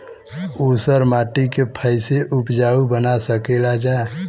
ऊसर माटी के फैसे उपजाऊ बना सकेला जा?